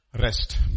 rest